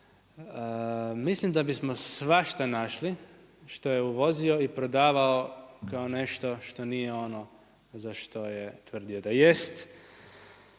Mislim da bismo svašta našli što je uvozio i prodavao kao nešto što nije ono za što je tvrdio da jest.